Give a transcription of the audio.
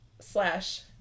slash